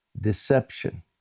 deception